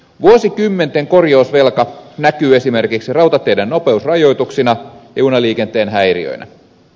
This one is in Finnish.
vuosikymmenten korjausvelka näkyy esimerkiksi rautateiden nopeusrajoituksina ja junaliikenteen häiriöinä